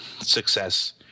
success